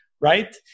Right